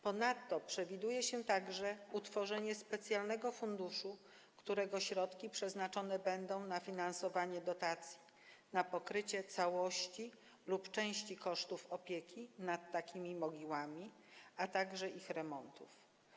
Ponadto przewiduje się także utworzenie specjalnego funduszu, którego środki przeznaczone będą na finansowanie dotacji na pokrycie całości lub części kosztów opieki nad takimi mogiłami, a także ich remontów.